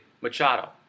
Machado